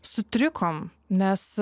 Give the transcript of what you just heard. sutrikom nes